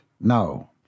No